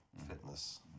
fitness